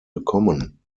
bekommen